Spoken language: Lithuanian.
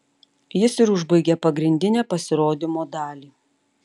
jis ir užbaigė pagrindinę pasirodymo dalį